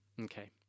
okay